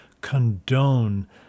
condone